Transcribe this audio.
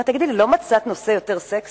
הוא אומר: תגידי לי, לא מצאת נושא יותר סקסי?